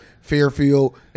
Fairfield